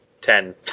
ten